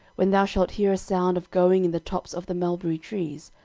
when thou shalt hear a sound of going in the tops of the mulberry trees,